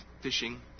fishing